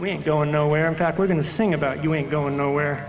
we're going nowhere in fact we're going to sing about you ain't going nowhere